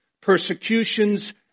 persecutions